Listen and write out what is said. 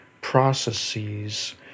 processes